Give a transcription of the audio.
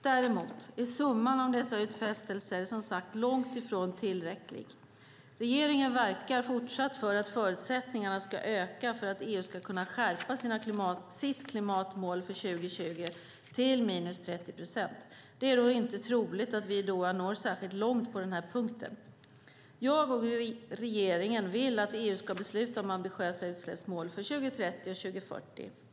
Däremot är summan av dessa utfästelser som sagt långt ifrån tillräcklig. Regeringen verkar fortsatt för att förutsättningarna ska öka för att EU ska kunna skärpa sitt klimatmål för 2020 till minus 30 procent. Det är dock inte troligt att vi i Doha når särskilt långt på den här punkten. Jag och regeringen vill att EU ska besluta om ambitiösa utsläppsmål för 2030 och 2040.